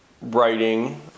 writing